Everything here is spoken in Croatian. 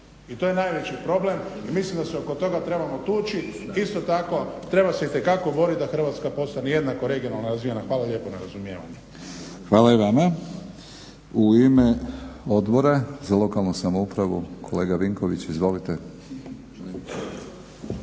I to je najveći problem i mislim da se oko toga trebamo tući. Isto tako, treba se itekako borit da Hrvatska postane jednako regionalno razvijena. Hvala lijepo na razumijevanju. **Batinić, Milorad (HNS)** Hvala i vama. U ime Odbora za lokalnu samoupravu kolega Vinković. Izvolite.